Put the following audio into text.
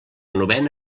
novena